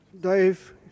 Dave